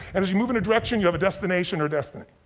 and as you move in a direction you have a destination or destiny.